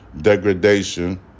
degradation